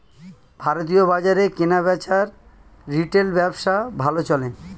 ভারতীয় বাজারে কেনাবেচার রিটেল ব্যবসা ভালো চলে